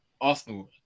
Arsenal